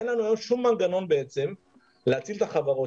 אין לנו היום שום מנגנון להציל את החברות